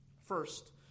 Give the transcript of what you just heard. First